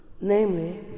namely